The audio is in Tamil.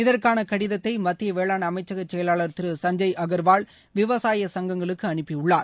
இதற்கான கடிதத்தை மத்திய வேளாண் அமைச்சக செயலர் திரு சஞ்ஜய் அகர்வால் விவசாய சங்கங்களுக்கு அனுப்பியுள்ளார்